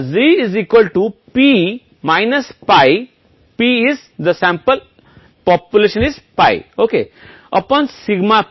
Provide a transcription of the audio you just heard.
महत्वपूर्ण स्तर पार कर रहा है उन्हें आप अशक्त परिकल्पना को अस्वीकार कर देंगे इसलिए अशक्त परिकल्पना की आवश्यकता है अस्वीकार किया जाए